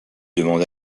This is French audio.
demande